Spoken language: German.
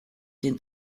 den